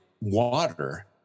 water